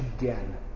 again